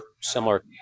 similar